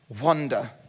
wonder